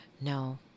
No